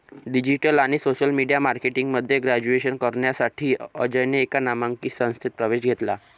digital आणि social media marketing मध्ये graduation करण्यासाठी अजयने एका नामांकित संस्थेत प्रवेश घेतला